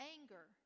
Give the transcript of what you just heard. Anger